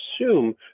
assume